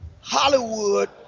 hollywood